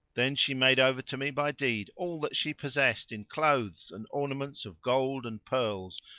then she made over to me by deed all that she possessed in clothes and ornaments of gold and pearls,